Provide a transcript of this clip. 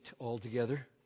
altogether